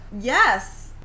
Yes